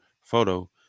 photo